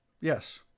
Yes